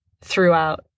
throughout